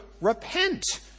repent